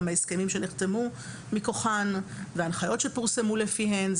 גם מההסכמים שנחתמו מכוחן ומההנחיות שפורסמו לפיהן.